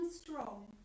strong